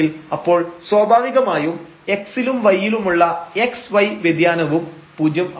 അപ്പോൾ സ്വാഭാവികമായും x ലും y ലുമുള്ള xy വ്യതിയാനവും പൂജ്യം ആവും